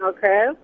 Okay